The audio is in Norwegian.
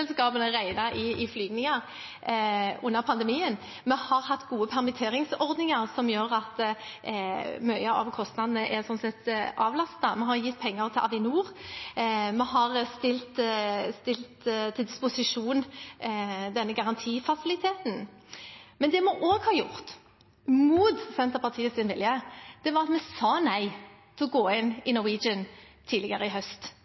i flygninger under pandemien. Vi har hatt gode permitteringsordninger, som gjør at mye av kostnadene sånn sett er avlastet. Vi har gitt penger til Avinor. Vi har stilt til disposisjon denne garantifasiliteten. Men det vi også har gjort, mot Senterpartiets vilje, var å si nei til å gå inn i Norwegian tidligere i høst